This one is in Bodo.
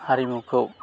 हारिमुखौ